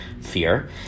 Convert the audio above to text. fear